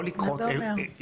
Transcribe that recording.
מה זה אומר?